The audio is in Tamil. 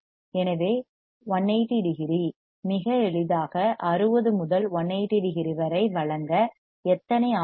எனவே 180 டிகிரி மிக எளிதாக 60 முதல் 180 டிகிரி வரை வழங்க எத்தனை ஆர்